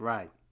Right